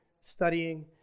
studying